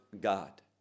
God